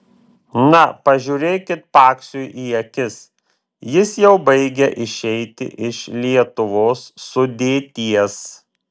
na pažiūrėkit paksiui į akis jis jau baigia išeiti iš lietuvos sudėties